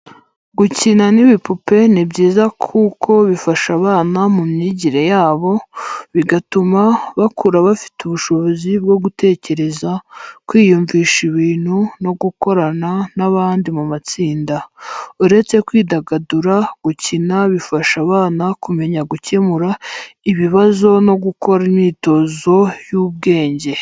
Gukina n'ibipupe ni byiza kuko bifasha abana mu myigire yabo, bigatuma bakura bafite ubushobozi bwo gutekereza, kwiyumvisha ibintu, no gukorana n'abandi mu matsinda. Uretse kwidagadura, gukina bifasha abana kumenya gukemura ibibazo no gukora imyitozo y'ubwenge.